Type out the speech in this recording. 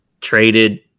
Traded